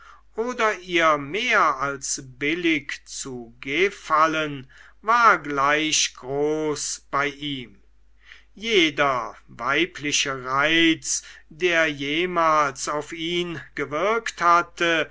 oder ihr mehr als billig zu gefallen war gleich groß bei ihm jeder weibliche reiz der jemals auf ihn gewirkt hatte